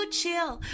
chill